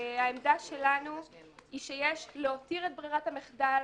העמדה שלנו היא שיש להותיר את ברירת המחדל